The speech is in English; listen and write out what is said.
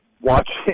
watching